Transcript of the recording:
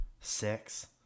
six